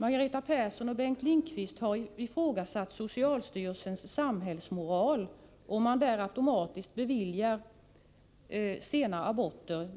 Margareta Persson och Bengt Lindqvist har ifrågasatt socialstyrelsens samhällsmoral om sena aborter automatiskt beviljas